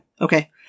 Okay